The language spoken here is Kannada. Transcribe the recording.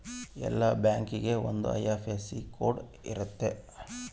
ಎಲ್ಲಾ ಬ್ಯಾಂಕಿಗೆ ಒಂದ್ ಐ.ಎಫ್.ಎಸ್.ಸಿ ಕೋಡ್ ಇರುತ್ತ